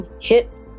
hit